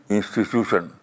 Institution